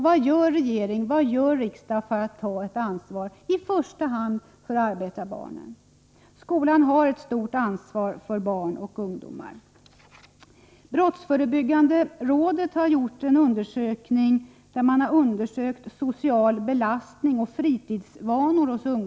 Vad gör regering och riksdag för att ta ansvar i första hand för arbetarbarnen? Skolan har ett stort ansvar för barn och ungdomar. Brottsförebyggande rådet har gjort en undersökning om ungdomars sociala belastning och fritidsvanor.